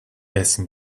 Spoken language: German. essen